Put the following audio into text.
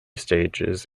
stages